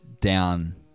down